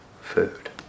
food